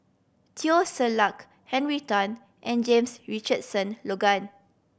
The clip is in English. Teo Ser Luck Henry Tan and James Richardson Logan